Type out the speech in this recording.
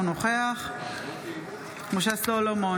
אינו נוכח משה סולומון,